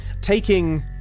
Taking